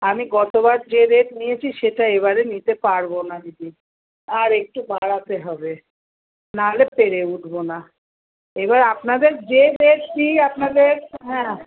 আমি গতবার যে রেট নিয়েছি সেটা এবারে নিতে পারব না দিদি আর একটু বাড়াতে হবে না হলে পেরে উঠব না এবার আপনাদের যে রেট দিই আপনাদের হ্যাঁ